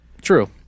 true